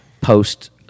post